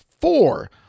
four